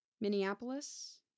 Minneapolis